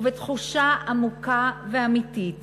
ובתחושה עמוקה ואמיתית